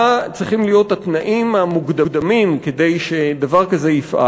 מה צריכים להיות התנאים המוקדמים כדי שדבר כזה יפעל.